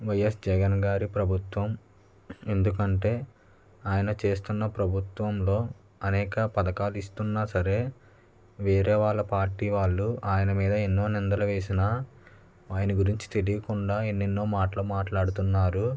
YS Jagan గారి ప్రభుత్వం ఎందుకంటే ఆయన చేస్తున్న ప్రభుత్వంలో అనేక పథకాలు ఇస్తున్న సరే వేరే వాళ్ళ పార్టీ వాళ్ళు ఆయన మీద ఎన్నో నిందలు వేసిన ఆయన గురించి తెలియకుండా ఎన్నో మాటలు మాట్లాడుతున్నారు